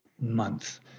month